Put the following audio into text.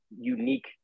unique